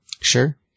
Sure